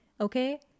okay